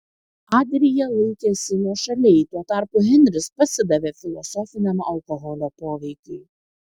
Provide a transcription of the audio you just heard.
adrija laikėsi nuošaliai tuo tarpu henris pasidavė filosofiniam alkoholio poveikiui